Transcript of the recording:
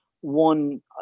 one